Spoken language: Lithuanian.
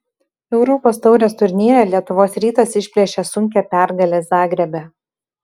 europos taurės turnyre lietuvos rytas išplėšė sunkią pergalę zagrebe